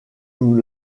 nous